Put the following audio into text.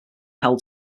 held